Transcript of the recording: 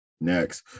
Next